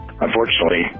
unfortunately